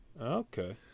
Okay